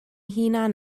hunain